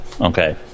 okay